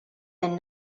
and